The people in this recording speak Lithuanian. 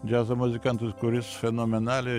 džiazo muzikantas kuris fenomenaliai